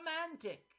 romantic